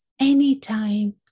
Anytime